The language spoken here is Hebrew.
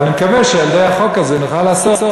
אבל אני מקווה שעל-ידי החוק הזה נוכל לעשות,